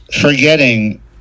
forgetting